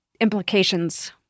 implications